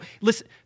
listen